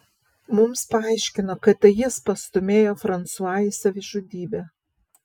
mums paaiškino kad tai jis pastūmėjo fransua į savižudybę